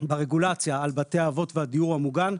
ברגולציה על בתי האבות והדיור המוגן,